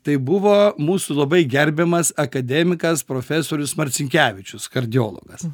tai buvo mūsų labai gerbiamas akademikas profesorius marcinkevičius kardiologas